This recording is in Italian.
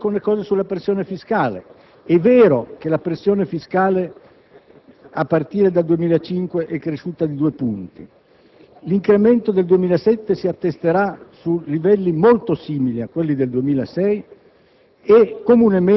Vorrei aggiungere alcune osservazioni sulla pressione fiscale. È vero che la pressione fiscale, a partire dal 2005, è cresciuta di due punti. L'incremento del 2007 si attesterà su livelli molto simili a quelli del 2006